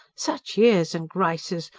such airs and graces!